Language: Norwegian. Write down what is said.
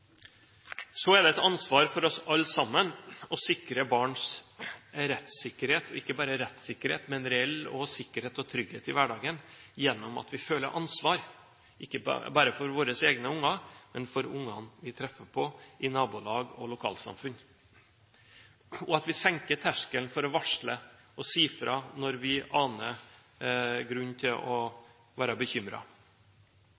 er et ansvar for oss alle sammen å sikre barns rettssikkerhet – og ikke bare rettssikkerhet, men reell sikkerhet og trygghet i hverdagen – gjennom at vi føler ansvar, ikke bare for våre egne unger, men for ungene vi treffer på i nabolag og lokalsamfunn, og ved at vi senker terskelen for å varsle og si fra når vi aner grunn til bekymring. Den terskelen må senkes. Men: Det er viktig å